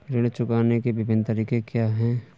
ऋण चुकाने के विभिन्न तरीके क्या हैं?